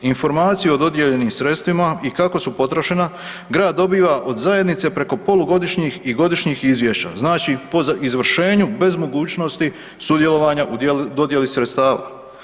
Informaciju o dodijeljenim sredstvima i kako su potrošena grad dobiva od zajednice preko polugodišnjih i godišnjih izvješća, znači po izvršenju bez mogućnosti sudjelovanja u dodjeli sredstava.